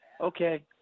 okay